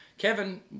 Kevin